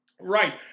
Right